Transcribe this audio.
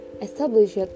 established